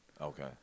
Okay